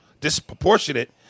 disproportionate